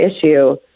issue